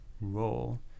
role